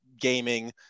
gaming